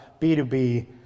B2B